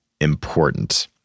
important